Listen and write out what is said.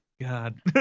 God